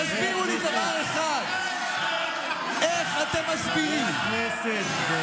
תסבירו לי דבר אחד, איך אתם מסבירים, חברי הכנסת.